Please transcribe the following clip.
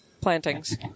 plantings